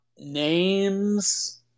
names